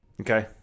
Okay